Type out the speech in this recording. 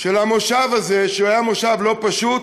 של הכנס הזה, שהיה לא פשוט,